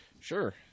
Sure